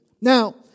Now